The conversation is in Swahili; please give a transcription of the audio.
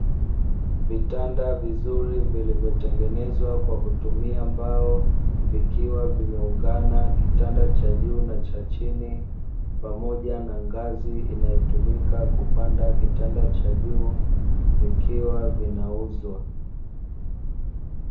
Vitanda vizuri vilivyotengenezwa kwa kutumia mbao vikiwa vimeungana kitanda cha juu na cha chini, pamoja na ngazi inayotumika kupanda kitanda cha juu vikiwa vinauzwa.